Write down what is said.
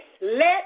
Let